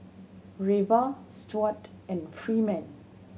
Reva Stuart and Freeman